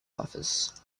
office